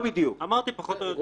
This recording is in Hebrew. אמרתי פחות או יותר.